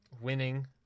winning